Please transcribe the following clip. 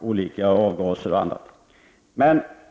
olika avgaser och annat.